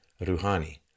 Rouhani